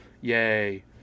Yay